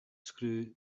screw